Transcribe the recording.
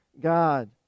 God